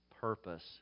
purpose